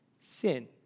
Sin